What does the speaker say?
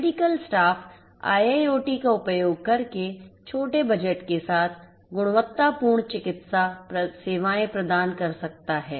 medical staff IIoT का उपयोग करके छोटे बजट के साथ गुणवत्तापूर्ण चिकित्सा सेवाएं प्रदान कर सकता है